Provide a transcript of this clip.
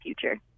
future